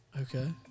Okay